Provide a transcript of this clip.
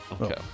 Okay